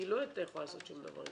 כי היא לא היתה יכולה לעשות שום דבר.